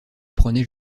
prônait